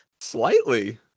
Slightly